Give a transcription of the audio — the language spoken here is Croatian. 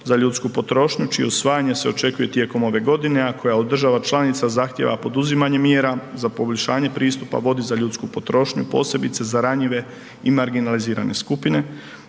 za ljudsku potrošnju čije usvajanje se očekuje tijekom ove godine a koja od država članica zahtjeva poduzimanje mjera za poboljšanje pristupa vodi za ljudsku potrošnju posebice za ranjive i marginalizirane skupine